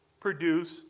produce